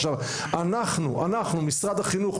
עכשיו אנחנו משרד החינוך,